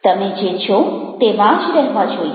તમે જે છો તેવા જ રહેવા જોઈએ